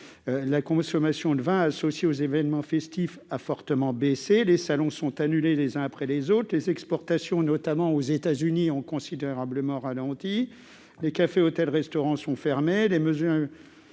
La consommation de vin associée aux événements festifs a fortement baissé, les salons sont annulés les uns après les autres, les exportations, notamment aux États-Unis, ont considérablement ralenti, les cafés, hôtels, restaurants sont fermés.